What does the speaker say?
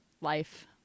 life